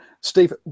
Steve